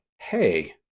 hey